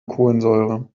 kohlensäure